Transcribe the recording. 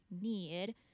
need